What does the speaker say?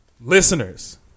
Listeners